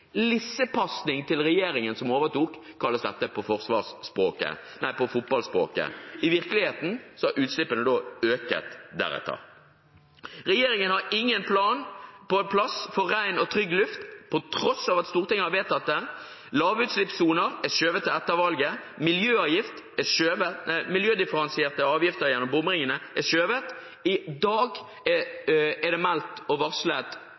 lissepasning til regjeringen som overtok, kalles dette på fotballspråket. I virkeligheten har utslippene økt deretter. Regjeringen har ingen plan på plass for ren og trygg luft på tross av at Stortinget har vedtatt det. Lavutslippssoner er skjøvet til etter valget, og miljødifferensierte avgifter gjennom bomringene er skjøvet på. I dag er det varslet